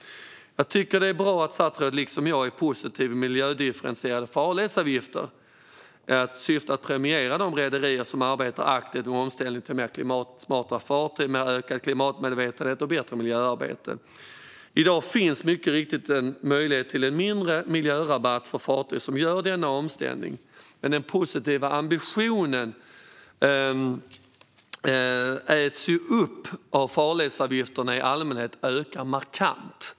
Det är bra att statsrådet liksom jag är positiv till miljödifferentierade farledsavgifter med syfte att premiera de rederier som arbetar aktivt med omställning till mer klimatsmarta fartyg med ökad klimatmedvetenhet och bättre miljöarbete. I dag finns mycket riktigt en möjlighet till en mindre miljörabatt för fartyg som gör denna omställning. Denna positiva ambition äts dock upp om farledsavgifterna i allmänhet ökar markant.